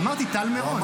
אמרתי, טל מירון.